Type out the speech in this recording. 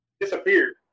disappeared